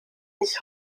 ich